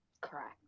Correct